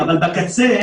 אבל בקצה